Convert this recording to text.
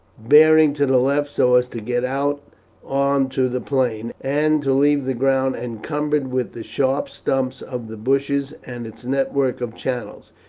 bearing to the left so as to get out on to the plain, and to leave the ground, encumbered with the sharp stumps of the bushes and its network of channels,